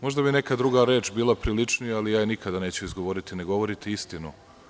Možda bi neka druga reč bila priličnija ali ja je nikada neću izgovoriti, ne govorite istinu.